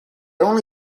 only